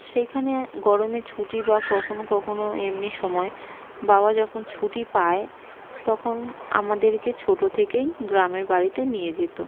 সেইখানে গরমে ছুটি বা কখনো কখনো এমনই সময়ে বাবা যখন ছুটি পায় তখন আমাদেরকে ছোটো থেকেই গ্রামের বাড়িতে নিয়ে যেত